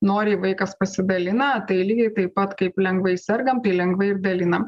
noriai vaikas pasidalina tai lygiai taip pat kaip lengvai sergam tai lengvai ir dalinam